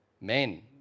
Men